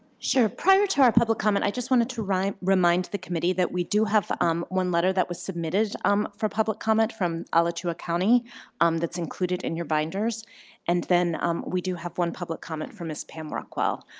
sure. prior to our public comment i just wanted to remind the committee that we do have um one letter that was submitted um for public comment from alachua county um that's included in your binders and then we do have one public comment from ms. pam rockwell.